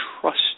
trust